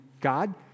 God